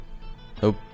Hope